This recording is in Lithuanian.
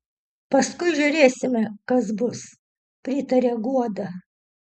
paskui žiūrėsime kas bus pritaria guoda